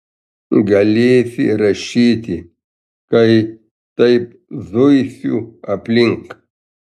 galėsi rašyti kai taip zuisiu aplink